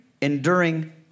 enduring